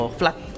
flat